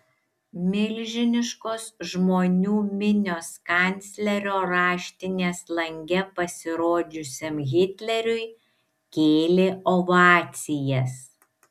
milžiniškos žmonių minios kanclerio raštinės lange pasirodžiusiam hitleriui kėlė ovacijas